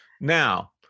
Now